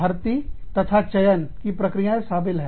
भर्ती तथा चयन की प्रक्रियाएं शामिल है